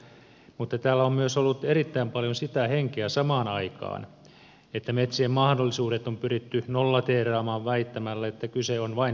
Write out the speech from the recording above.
mutta täällä on ollut samaan aikaan myös erittäin paljon sitä henkeä että metsien mahdollisuudet on pyritty nollateeraamaan väittämällä että kyse on vain risupakettitukiasioista